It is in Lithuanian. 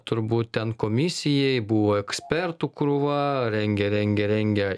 turbūt ten komisijai buvo ekspertų krūva rengė rengė rengė